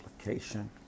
application